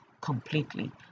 completely